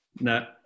No